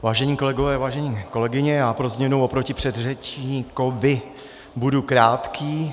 Vážení kolegové, vážené kolegyně, já pro změnu oproti předřečníkovi budu krátký.